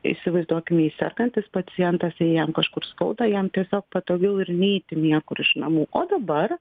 įsivaizduokim jei sergantis pacientas jei jam kažkur skauda jam tiesiog patogiau ir neiti niekur iš namų o dabar